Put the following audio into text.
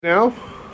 Now